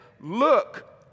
look